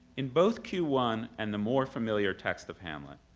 in both q one and the more familiar text of hamlet,